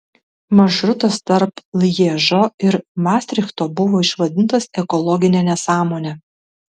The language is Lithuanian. maršrutas tarp lježo ir mastrichto buvo išvadintas ekologine nesąmone